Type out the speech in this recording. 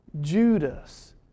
Judas